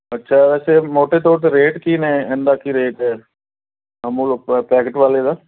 ਅੱਛਾ ਵੈਸੇ ਮੋਟੇ ਤੌਰ 'ਤੇ ਰੇਟ ਕੀ ਨੇ ਇਹਦਾ ਕੀ ਰੇਟ ਹੈ ਅਮੁਲ ਪ ਪੈਕਟ ਵਾਲੇ ਦਾ